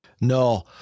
No